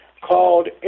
called